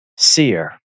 Seer